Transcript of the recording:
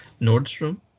Nordstrom